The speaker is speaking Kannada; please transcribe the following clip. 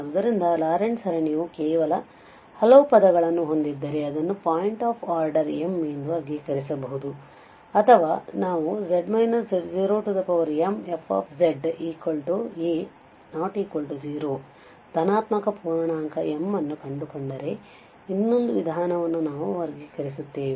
ಆದ್ದರಿಂದ ಲಾರೆಂಟ್ ಸರಣಿಯು ಕೇವಲ ಹಲವು ಪದಗಳನ್ನು ಹೊಂದ್ದಿದ್ದರೆ ಅದನ್ನು ಪಾಯಿಂಟ್ ಆಫ್ ಆರ್ಡರ್ m ಎಂದು ವರ್ಗೀಕರಿಸಬಹುದು ಅಥವಾ ನಾವು z z0 mfzA≠0 ಧನಾತ್ಮಕ ಪೂರ್ಣಾಂಕ m ಅನ್ನು ಕಂಡುಕೊಂಡರೆ ಇನ್ನೊಂದು ವಿಧಾನವನ್ನು ನಾವು ವರ್ಗೀಕರಿಸುತ್ತೇವೆ